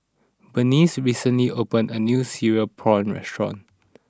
Berneice recently opened a new cereal prawns restaurant